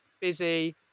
busy